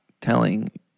telling